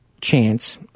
chance